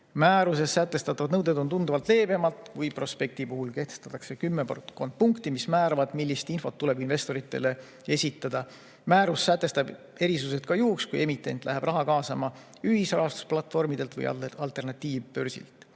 Määruses sätestatud nõuded on tunduvalt leebemad kui prospekti puhul: kehtestatakse kümmekond punkti, mis määravad, millist infot tuleb investoritele esitada. Määrus sätestab erisused ka juhuks, kui emitent läheb raha kaasama ühisrahastusplatvormidelt või alternatiivbörsilt.